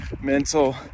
mental